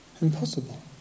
impossible